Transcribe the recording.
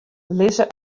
lizze